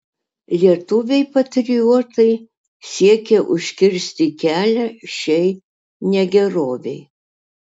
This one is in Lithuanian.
lietuviai patriotai siekė užkirsti kelią šiai negerovei